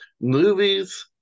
Movies